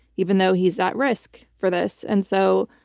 even though he's at risk for this. and so,